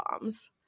bombs